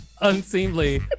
unseemly